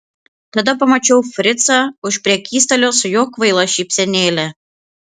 tada pamačiau fricą už prekystalio su jo kvaila šypsenėle